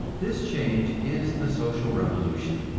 this change is the social revolution,